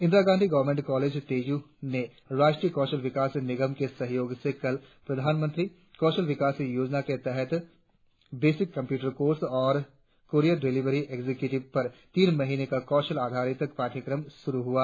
Indira Gandhi government college Tezu ने राष्ट्रीय कौशल विकास निगम के सहयोग से कल प्रधानमंत्री कौशल विकास योजना के तहत बेसिक कंप्यूटर कोर्स और क्रियर डिलीवरी एक्जीक्यूटिव पर तीन महीने का कौशल आधारित पाठ्यक्रम शुरु हुआ